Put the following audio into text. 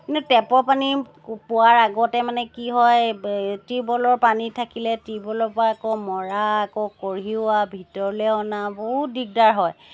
কিন্তু টেপৰ পানী পোৱাৰ আগতে মানে কি হয় এই টিউবৱেলৰ পানী থাকিলে টিউবৱেলৰ পৰা আকৌ মৰা আকৌ কঢ়িওৱা ভিতৰলৈ অনা বহুত দিগদাৰ হয়